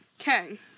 okay